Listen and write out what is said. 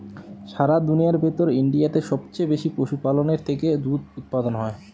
সারা দুনিয়ার ভেতর ইন্ডিয়াতে সবচে বেশি পশুপালনের থেকে দুধ উপাদান হয়